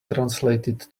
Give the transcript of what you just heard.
translated